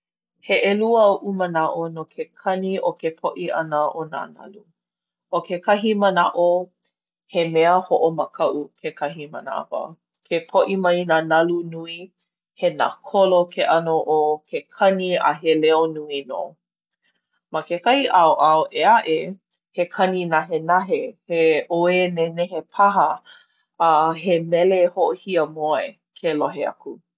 He ʻelua oʻu manaʻo no ke kani o ke poʻi ʻana o nā nalu. ʻO kekahi manaʻo he mea hoʻomakaʻu kekahi manawa. Ke poʻi mai nā nalu nui, he nākolo ke ʻano o ke kani a he leo nui nō. Ma kekahi ʻaoʻao ʻē aʻe, he kani nahenahe. He ʻowē nenehe paha, a he mele hoʻohiamoe ke lohe aku.